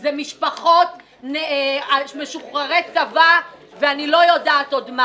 זה משפחות ומשוחררי צבא ואני לא יודעת עוד מה